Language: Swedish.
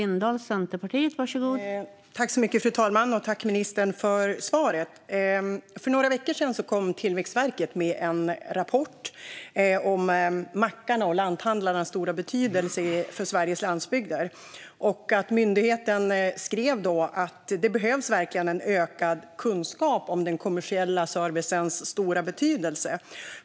Fru talman! Tack, ministern, för svaret! För några veckor sedan kom Tillväxtverket med en rapport om mackarnas och lanthandlarnas stora betydelse för Sveriges landsbygder. Myndigheten skrev att det verkligen behövs en ökad kunskap om den kommersiella servicens stora betydelse.